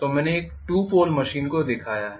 तो मैंने एक 2 पोल मशीन को दिखाया है